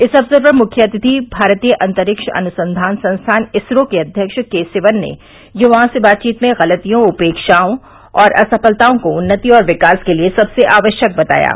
इस अवसर पर मुख्य अतिथि भारतीय अंतरिक्ष अनुसंधान संस्थान इसरो के अध्यक्ष के सिवन ने युवाओं से बातचीत में गलतियों उपेक्षाओं और असफलताओं को उन्नति और विकास के लिए सबसे आवश्यक बताया है